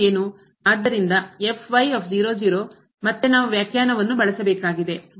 ಆದ್ದರಿಂದ ಮತ್ತೆ ನಾವು ವ್ಯಾಖ್ಯಾನವನ್ನು ಬಳಸಬೇಕಾಗಿದೆ